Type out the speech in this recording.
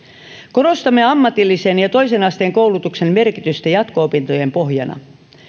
korostamme ammatillisen ja toisen asteen koulutuksen merkitystä jatko opintojen pohjana